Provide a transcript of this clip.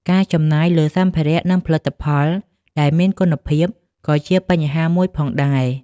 ការចំណាយលើសម្ភារៈ និងផលិតផលដែលមានគុណភាពក៏ជាបញ្ហាមួយផងដែរ។